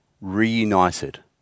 reunited